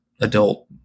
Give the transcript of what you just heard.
adult